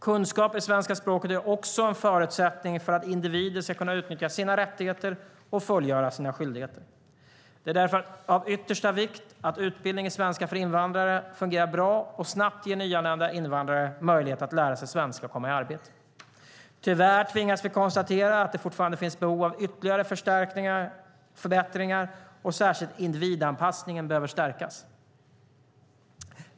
Kunskaper i svenska språket är också en förutsättning för att individer ska kunna utnyttja sina rättigheter och fullgöra sina skyldigheter. Det är därför av yttersta vikt att utbildning i svenska för invandare fungerar bra och snabbt ger nyanlända invandrare möjlighet att lära sig svenska och komma i arbete. Tyvärr tvingas vi konstatera att det fortfarande finns behov av ytterligare förstärkningar och förbättringar, och särskilt individanpassningen behöver stärkas.